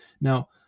Now